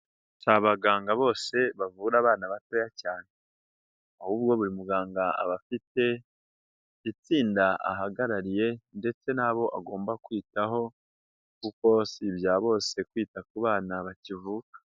Si abaganga bose bavura abana batoya cyane, ahubwo buri muganga aba afite itsinda ahagarariye ndetse n'abo agomba kwitaho kuko si ibya bose kwita ku bana bakivuka.